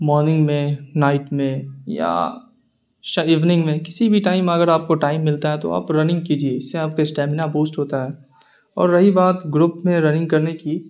morning میں night میں یا شاید ایوننگ میں کسی بھی ٹائم اگر آپ کو ٹائم ملتا ہے تو آپ رننگ کیجیے اس سے آپ کا اسٹامینا بوسٹ ہوتا ہے اور رہی بات گروپ میں رننگ کرنے کی